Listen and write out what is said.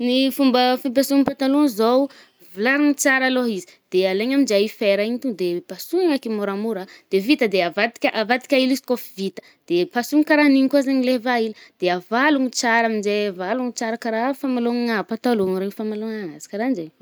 Ny fomba fampasoà patalohà zaho, vilarigny tsara alôha izy, de alegna aminje i fera igny, to de pasogna ake moramora. De vita de avadika a, avadika hely izy koà fa vita. De pasogna karahan’igny koà zaigny le và ila de avalogny tsara aminjey, avalogny karaha famalomagna pataloha regny famalomagna azy, karahanjegny fô.